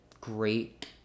great